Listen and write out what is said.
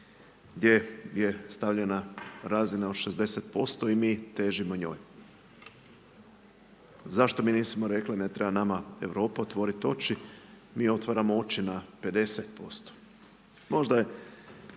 gdje je stavljena razina od 60% i mi težimo njoj. Zašto mi nismo rekli ne treba nama Europa otvoriti oči, mi otvaramo oči na 50%. Možda je